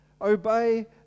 Obey